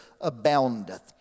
aboundeth